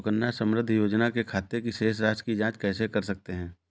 सुकन्या समृद्धि योजना के खाते की शेष राशि की जाँच कैसे कर सकते हैं?